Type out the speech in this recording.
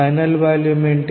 final volume ఏమిటి